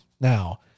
now